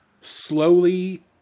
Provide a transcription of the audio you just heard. slowly